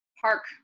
park